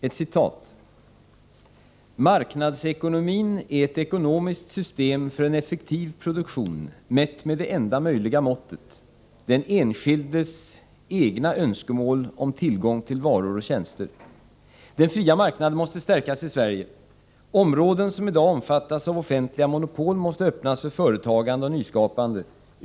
Fru talman! ”Marknadsekonomin är ett ekonomiskt system för en effektiv produktion mätt med det enda möjliga måttet — den enskildes egna önskemål om tillgång till varor och tjänster. Den fria marknaden måste stärkas i Sverige. Områden som i dag omfattas av offentliga monopol måste öppnas för företagande och nyskapande.